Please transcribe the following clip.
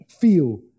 feel